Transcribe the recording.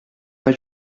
pas